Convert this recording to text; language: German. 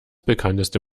bekannteste